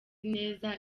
neza